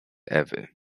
ewy